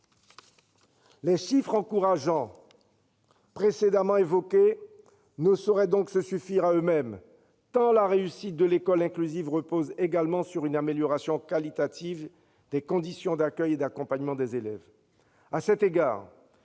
Les chiffres encourageants précédemment évoqués ne sauraient donc se suffire à eux-mêmes, tant la réussite de l'école inclusive repose également sur une amélioration qualitative des conditions d'accueil et d'accompagnement des élèves.